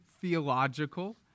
theological